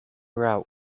route